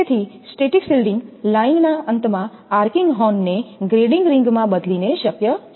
તેથી static shielding લાઇનિંગના અંતમાં આર્કિંગ હોર્નને ગ્રેડિંગ રીંગમાં બદલીને શક્ય છે